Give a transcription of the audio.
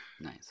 Nice